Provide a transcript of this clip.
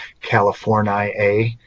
California